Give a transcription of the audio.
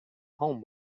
home